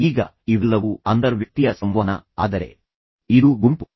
ಈಗ ಇವೆಲ್ಲವೂ ಅಂತರ್ವ್ಯಕ್ತೀಯ ಸಂವಹನ ಆದರೆ ಇದು ಗುಂಪು